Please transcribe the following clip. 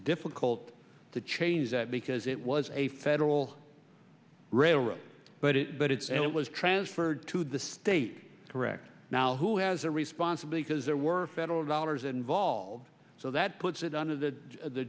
difficult to change that because it was a federal railroad but it but it's and it was transferred to the state correct now who has a responsible because there were are federal dollars involved so that puts it under the